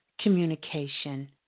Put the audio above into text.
communication